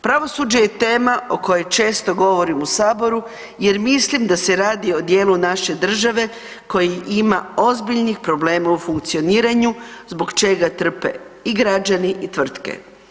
Pravosuđe je tema o kojoj često govorim u Saboru jer mislim da se radi o dijelu naše države koji ima ozbiljnih problema u funkcioniranju zbog čega trpe i građani i tvrtke.